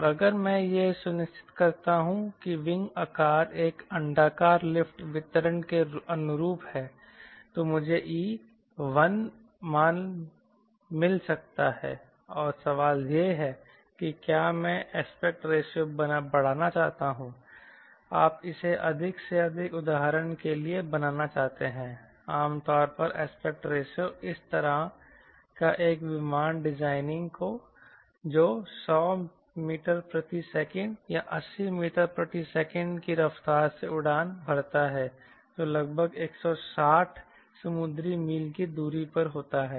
और अगर मैं यह सुनिश्चित करता हूं कि विंग आकार एक अण्डाकार लिफ्ट वितरण के अनुरूप है तो मुझे e 1 मान मिल सकता है और सवाल यह है कि क्या मैं एस्पेक्ट रेशियो बढ़ाना चाहता हूं आप इसे अधिक से अधिक उदाहरण के लिए बनाना चाहते हैं आमतौर पर एस्पेक्ट रेशियो इस तरह का एक विमान डिजाइनिंग जो 100 मीटर प्रति सेकंड या 80 मीटर प्रति सेकंड की रफ्तार से उड़ान भरता है जो लगभग 160 समुद्री मील की दूरी पर होता है